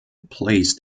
placed